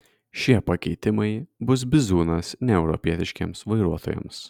šie pakeitimai bus bizūnas neeuropietiškiems vairuotojams